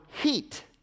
heat